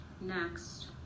next